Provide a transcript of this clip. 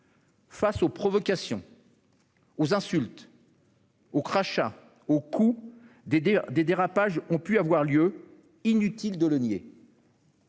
Face aux provocations, aux insultes, aux crachats ou aux coups, des dérapages ont pu avoir lieu, inutile de le nier.